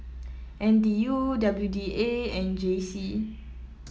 N T U W D A and J C